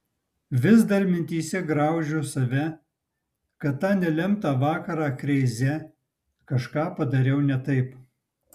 vis dar mintyse graužiu save kad tą nelemtą vakarą kreize kažką padariau ne taip